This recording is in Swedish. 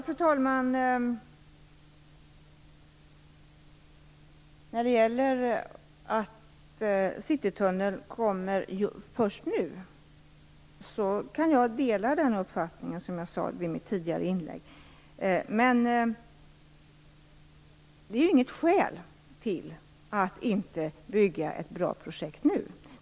Fru talman! Som jag sade i mitt tidigare inlägg kan jag dela Kerstin Warnerbrings uppfattning när det gäller att Citytunneln kommer först nu, men det är inget skäl till att inte åstadkomma ett bra projekt nu.